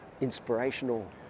inspirational